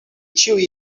ĉiuj